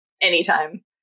anytime